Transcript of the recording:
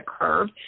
curve